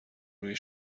روی